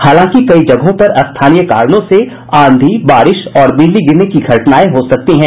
हालांकि कई जगहों पर स्थानीय कारणों से आंधी बारिश और बिजली गिरने की घटनायें हो सकती हैं